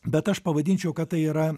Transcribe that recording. bet aš pavadinčiau kad tai yra